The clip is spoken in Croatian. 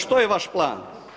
Što je vaš plan?